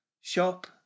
shop